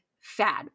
fad